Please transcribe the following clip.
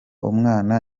umwana